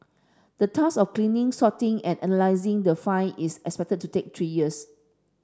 the task of cleaning sorting and analysing the find is expected to take three years